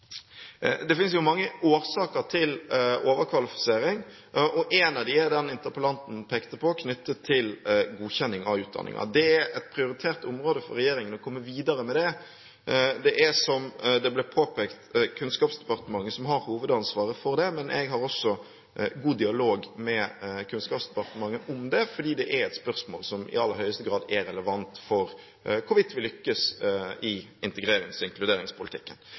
Det finnes mange årsaker til overkvalifisering, og én av dem er den interpellanten pekte på knyttet til godkjenning av utdanning. Det er et prioritert område for regjeringen å komme videre med det. Det er, som det ble påpekt, Kunnskapsdepartementet som har hovedansvaret for det, men jeg har også god dialog med Kunnskapsdepartementet om det, fordi det er et spørsmål som i aller høyeste grad er relevant for hvorvidt vi lykkes i integrerings- og inkluderingspolitikken.